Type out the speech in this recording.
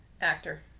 Actor